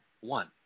one